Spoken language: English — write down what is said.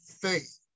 faith